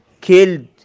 killed